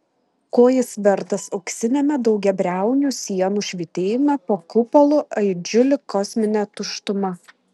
ko jis vertas auksiniame daugiabriaunių sienų švytėjime po kupolu aidžiu lyg kosminė tuštuma